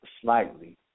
slightly